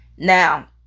Now